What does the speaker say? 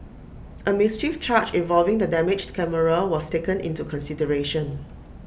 A mischief charge involving the damaged camera was taken into consideration